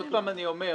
עוד פעם אני אומר,